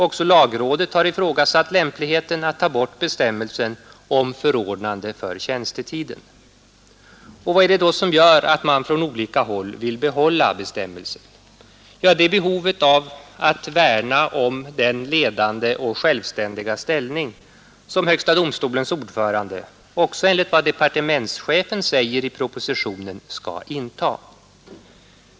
Också lagrådet har ifrågasatt lämpligheten att ta bort bestämmelsen om förordnande för tjänstetiden. Vad är det då som gör att man från olika håll vill behålla bestämmelsen? Jo, det är behovet av att värna om den ledande och självständiga ställning som högsta domstolens ordförande, vilket också departementschefen säger i propositionen, skall inta.